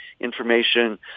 information